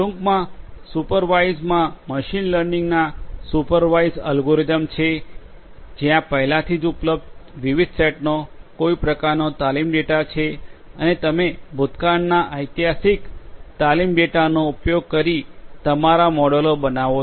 ટૂંકમાં સુપરવાઇઝડ માં મશીન લર્નિંગના સુપરવાઇઝડ એલ્ગોરિધમ્સ છે જ્યાં પહેલાથી જ ઉપલબ્ધ વિવિધ સેટ્સનો કોઈ પ્રકારનો તાલીમ ડેટા છે અને તમે ભૂતકાળના ઐતિહાસિક તાલીમ ડેટાનો ઉપયોગ કરી તમારા મોડેલો બનાવો છો